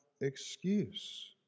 excuse